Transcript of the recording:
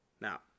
now